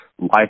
life